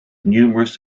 numerous